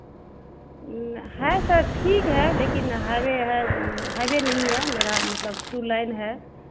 है सर ठीक है लेकिन हाइवे है हाइवे नहीं है मेरा मतलब टू लेन है